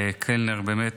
קלנר, באמת